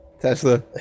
Tesla